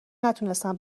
نتونستن